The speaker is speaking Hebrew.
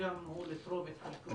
הוא יכול לתרום את חלקו.